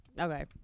Okay